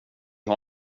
har